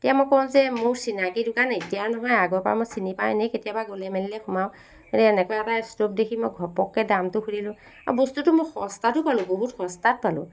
তেতিয়া মই কওঁ যে মোৰ চিনাকি দোকান এতিয়াৰ নহয় আগৰ পৰাই মই চিনি পাওঁ এনেই কেতিয়াবা গ'লে মেলিলে সোমাওঁ গতিকে এনেকুৱা এটা ষ্ট'ভ দেখি মই ঘপককৈ দামটো সুধিলোঁ আৰু বস্তুটো মই সস্তাতো পালোঁ বহুত সস্তাত পালোঁ